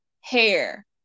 hair